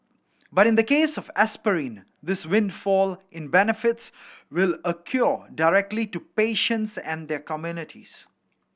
but in the case of aspirin this windfall in benefits will accrue directly to patients and their communities